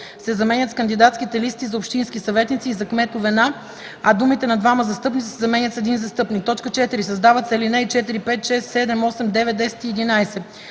се заменят с „кандидатските листи за общински съветници и за кметове на”, а думите „на двама застъпници” се заменят с „един застъпник”. 4. Създават се ал. 4, 5, 6, 7, 8, 9, 10 и 11: